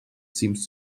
seems